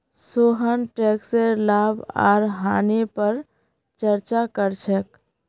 सोहन टैकसेर लाभ आर हानि पर चर्चा कर छेक